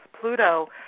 Pluto